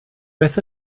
beth